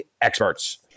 experts